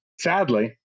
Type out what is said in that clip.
sadly